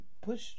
push